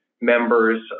members